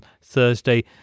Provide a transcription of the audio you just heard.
Thursday